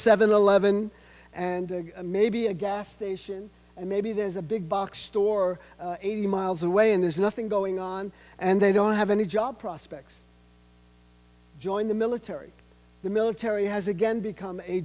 seven eleven and maybe a gas station and maybe there's a big box store eighty miles away and there's nothing going on and they don't have any job prospects join the military the military has again